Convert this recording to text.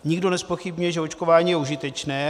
Nikdo nezpochybňuje, že očkování je užitečné.